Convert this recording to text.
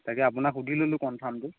তাকে আপোনাক সুধি ল'লোঁ কনফ্ৰামটো